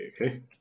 okay